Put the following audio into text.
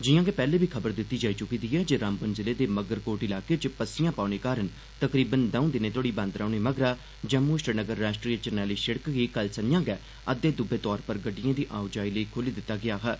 जिआं के पैहले बी खबर दित्ती जाई चुकी दी ऐ जे रामबन जिले दे मग्गरकोट इलाके च पस्सियां पौने कारण तकरीबन दौं दिनें तोहड़ी बंद रौहने मगरा जम्मू श्रीनगर राष्ट्री जरनैली सिड़क गी कल संझां गै अद्दे दुब्बे तौर पर गड़िडएं दी आओजाई लेई खोली दित्ता गेआ हा